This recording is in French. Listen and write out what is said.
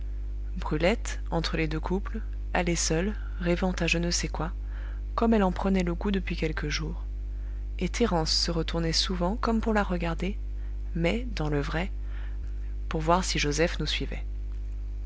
brulette entre les deux couples allait seule rêvant à je ne sais quoi comme elle en prenait le goût depuis quelques jours et thérence se retournait souvent comme pour la regarder mais dans le vrai pour voir si joseph nous suivait